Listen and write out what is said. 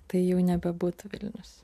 tai jau nebebūtų vilnius